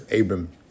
Abram